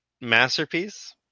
Masterpiece